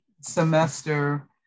semester